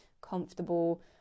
comfortable